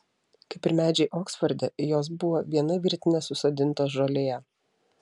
kaip ir medžiai oksforde jos buvo viena virtine susodintos žolėje